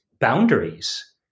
boundaries